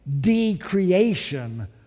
decreation